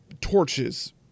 torches